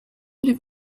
live